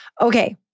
Okay